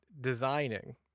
designing